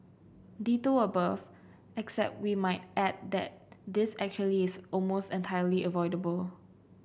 ditto above except we might add that this actually is almost entirely avoidable